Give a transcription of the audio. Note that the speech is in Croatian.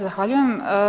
Zahvaljujem.